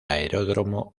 aeródromo